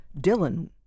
Dylan